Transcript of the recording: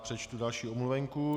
Přečtu další omluvenku.